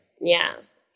Yes